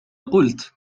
قلت